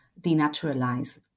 denaturalize